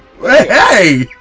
Hey